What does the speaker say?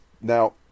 Now